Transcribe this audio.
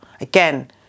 again